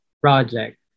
project